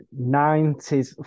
90s